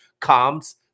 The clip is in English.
comms